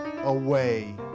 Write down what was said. away